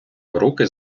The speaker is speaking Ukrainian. руки